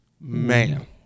Man